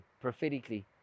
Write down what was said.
prophetically